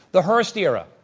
the hearst era,